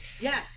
Yes